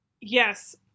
Yes